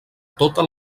tota